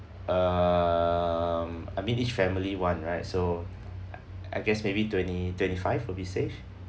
um I mean each family one right so I guess maybe twenty twenty five will be safe